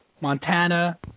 Montana